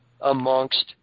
amongst